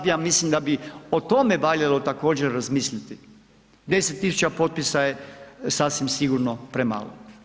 Ja mislim da bi o tome valjalo također razmisliti, 10.000 potpisa je sasvim sigurno premalo.